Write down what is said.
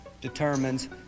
determines